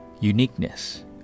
Uniqueness